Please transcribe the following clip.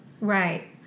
Right